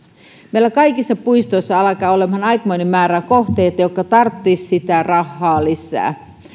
meillä kaikissa puistoissa alkaa olemaan aikamoinen määrä kohteita jotka tarvitsisivat sitä rahaa lisää